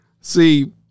see